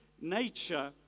nature